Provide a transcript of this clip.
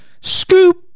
Scoop